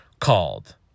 Called